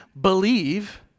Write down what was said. believe